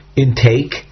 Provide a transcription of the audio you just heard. intake